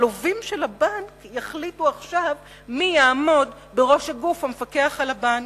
הלווים של הבנק יחליטו עכשיו מי יעמוד בראש הגוף המפקח על הבנק.